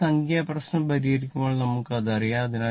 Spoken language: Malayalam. പിന്നീട് സംഖ്യാ പ്രശ്നം പരിഹരിക്കുമ്പോൾ നമുക്ക് അത് അറിയാം